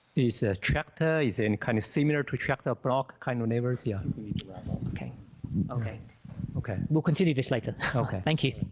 is a chapter is in kind of similar to attract top rock kind of neighbors young okay okay okay we'll continue this later okay thank you